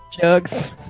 jugs